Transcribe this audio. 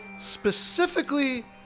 specifically